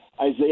Isaiah